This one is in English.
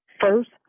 First